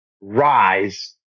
rise